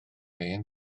hen